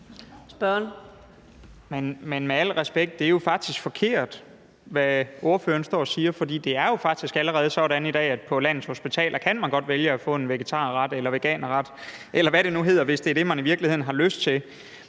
Men med al respekt er det jo faktisk forkert, hvad ordføreren står og siger. For det er jo faktisk allerede i dag sådan, at man på landets hospitaler godt kan vælge at få en vegetarret, en veganerret, eller hvad det nu hedder, hvis det i virkeligheden er det,